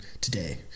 today